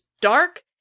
dark